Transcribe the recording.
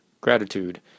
Gratitude